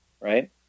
right